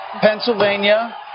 Pennsylvania